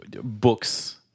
books